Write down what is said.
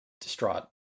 distraught